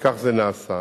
וכך זה נעשה.